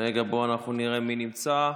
בואו נראה מי נמצא.